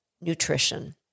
nutrition